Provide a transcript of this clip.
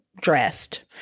dressed